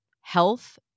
health